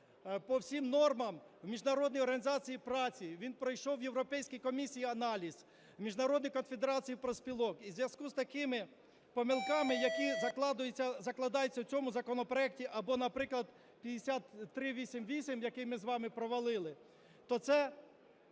по всім нормам в Міжнародній організації праці. Він пройшов в Європейській комісії аналіз, в Міжнародній конфедерації профспілок. І в зв'язку з такими помилками, які закладаються у цьому законопроекті або, наприклад, 5388, який ми з вами провалили, то це